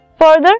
Further